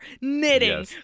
knitting